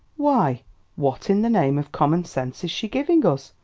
why what in the name of common sense is she giving us?